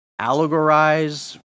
allegorize